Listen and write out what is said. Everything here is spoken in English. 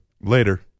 Later